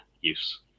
use